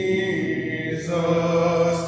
Jesus